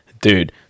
dude